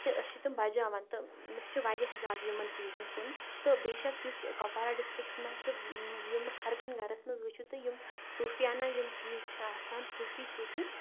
تہٕ أسۍ چھِ تِم بَجاوان تہٕ مےٚ چھُ واریاہ زیادٕ یِمن چیٖزن کُن تہٕ بے شک یُس کۄپوارا ڈسٹرکس منٛز چھُ یِم ہر کُنہِ گرس منٛز وُچھِو تُہۍ یِم صوٗفیانہ یِم چیٖز چھِ آسان صوٗفی صوٗفی